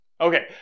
Okay